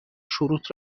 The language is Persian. شروط